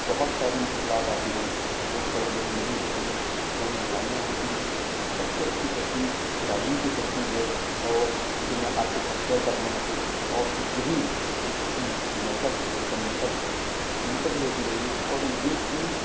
بہت ساری مشکلات آتی ہیں لوگ پڑھے لکھے نہیں ہوتے ہیں گھروں میں لڑائیاں ہوتی ہیں تو سب سے اچّھی تركیب وہ تعلیم كی تركیب ہے اور جو میں آپ کے ساتھ شیئر کر رہا ہوں کہ یہی ترکیب نسل اور درنسل منتقل ہوتی رہی اور یہ چیز